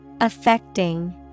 Affecting